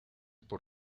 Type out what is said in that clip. por